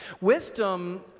Wisdom